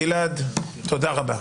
גלעד, תודה רבה.